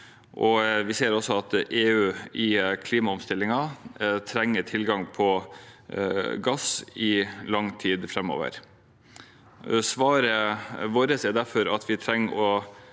vi ser også at EU i klimaomstillingen trenger tilgang på gass i lang tid framover. Svaret vårt er derfor at vi også trenger å